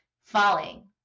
falling